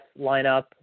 lineup